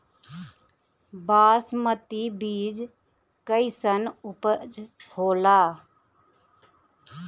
बासमती बीज कईसन उपज होला?